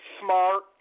smart